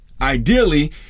Ideally